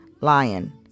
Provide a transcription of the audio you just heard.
lion